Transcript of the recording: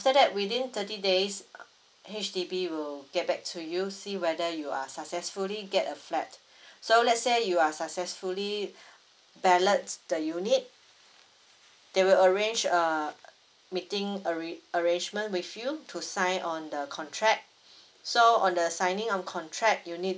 after that within thirty days H_D_B will get back to you see whether you are successfully get a flat so let's say you are successfully ballots the units they will arrange a meeting arra~ arrangement with you to sign on the contract so on the signing on contract you need